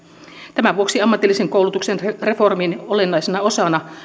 tämän vuoksi ammatillisen koulutuksen reformin olennaisena osana